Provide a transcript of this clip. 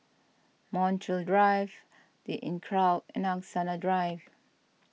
Montreal Drive the Inncrowd and Angsana Drive